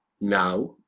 now